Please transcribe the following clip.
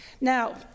Now